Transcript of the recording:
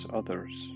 others